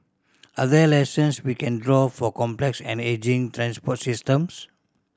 are there lessons we can draw for complex and ageing transport systems